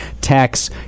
Tax